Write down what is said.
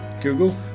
Google